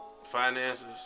Finances